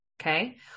Okay